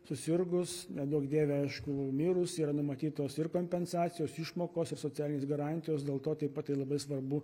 susirgus neduok dieve aišku mirus yra numatytos ir kompensacijos išmokos ir socialinės garantijos dėl to taip pat tai labai svarbu